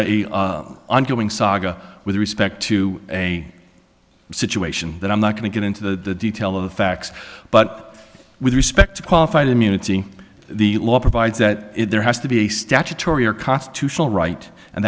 an ongoing saga with respect to a situation that i'm not going to get into the detail of the facts but with respect to qualified immunity the law provides that there has to be a statutory or constitutional right and